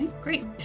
Great